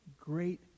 great